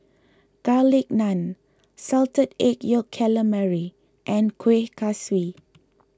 Garlic Naan Salted Egg Yolk Calamari and Kuih Kaswi